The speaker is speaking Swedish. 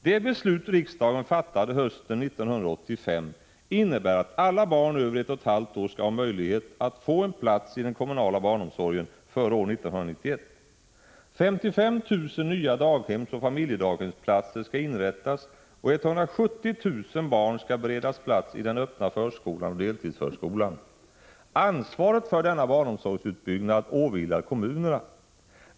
Det beslut riksdagen fattade hösten 1985 innebär att alla barn över ett och ett halvt år skall ha möjlighet att få en plats i den kommunala barnomsorgen före år 1991. 55 000 nya daghemsoch familjedaghemsplatser skall inrättas och 170 000 barn skall beredas plats i den öppna förskolan och deltidsförskolan. Ansvaret för denna barnomsorgsutbyggnad åvilar kommunerna.